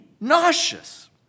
nauseous